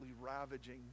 ravaging